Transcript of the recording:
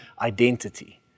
identity